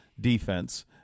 defense